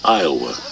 Iowa